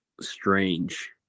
strange